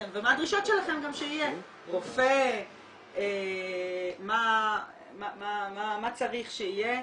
ומה הדרישות שלכם גם שיהיה, רופא, מה צריך שיהיה.